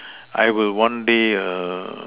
I will one day err